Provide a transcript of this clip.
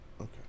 Okay